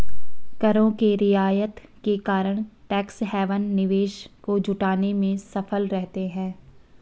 करों के रियायत के कारण टैक्स हैवन निवेश को जुटाने में सफल रहते हैं